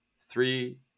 Three